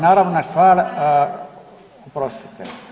Naravna stvar, oprostite.